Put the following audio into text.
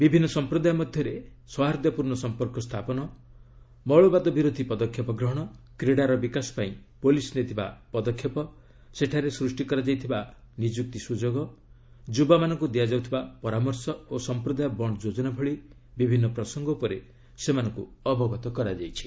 ବିଭିନ୍ନ ସଂପ୍ରଦାୟ ମଧ୍ୟରେ ସୌହାର୍ଦ୍ଧ୍ୟପୂର୍ଣ୍ଣ ସଂପର୍କ ସ୍ଥାପନ ମୌଳବାଦ ବିରୋଧୀ ପଦକ୍ଷେପ କ୍ରୀଡ଼ାର ବିକାଶ ପାଇଁ ପୋଲିସ୍ ନେଇଥିବା ପଦକ୍ଷେପ ସେଠାରେ ସୃଷ୍ଟି କରାଯାଇଥିବା ନିଯୁକ୍ତି ସୁଯୋଗ ଯୁବାମାନଙ୍କୁ ଦିଆଯାଉଥିବା ପରାମର୍ଶ ଓ ସଂପ୍ରଦାୟ ବଣ୍ଣ୍ ଯୋଜନା ଭଳି ବିଭିନ୍ନ ପ୍ରସଙ୍ଗ ଉପରେ ସେମାନଙ୍କୁ ଅବଗତ କରାଯାଇଛି